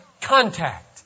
contact